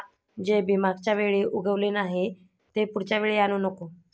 जे बी मागच्या वेळी उगवले नाही, ते पुढच्या वेळी आणू नको